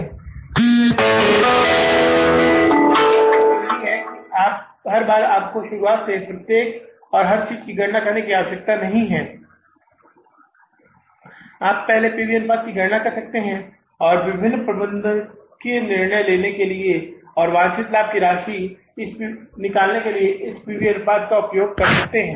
P V अनुपात आपकी मदद कर सकता है इसका मतलब यह भी है कि हर बार आपको शुरुआत से प्रत्येक और हर चीज की गणना करने की आवश्यकता नहीं है आप पहले पी वी अनुपात की गणना करते हैं और विभिन्न प्रबंधन निर्णय लेने के लिए और वांछित लाभ की राशि के लिए इस पी वी अनुपात का उपयोग करते हैं